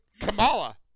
kamala